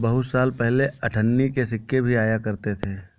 बहुत साल पहले अठन्नी के सिक्के भी आया करते थे